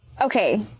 okay